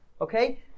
Okay